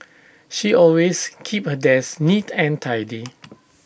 she always keeps her desk neat and tidy